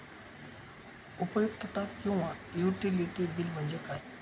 उपयुक्तता किंवा utility bill म्हणजे काय?